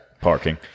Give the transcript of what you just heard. parking